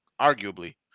arguably